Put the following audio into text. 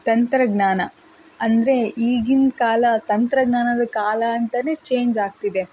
ತಂತ್ರಜ್ಞಾನ ಅಂದರೆ ಈಗಿನ ಕಾಲ ತಂತ್ರಜ್ಞಾನದ ಕಾಲ ಅಂತಲೇ ಚೇಂಜ್ ಆಗ್ತಿದೆ